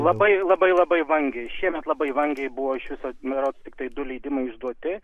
labai labai labai vangiai šiemet labai vangiai buvo iš viso berods tiktai du leidimai išduoti